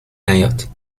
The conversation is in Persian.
نیاد